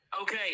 Okay